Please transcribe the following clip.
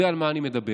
יודע על מה אני מדבר.